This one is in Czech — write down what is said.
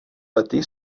lety